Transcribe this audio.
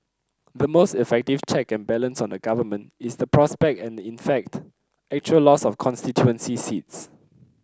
the most effective check and balance on the Government is the prospect and in fact actual loss of constituency seats